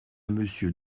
monsieur